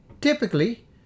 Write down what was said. typically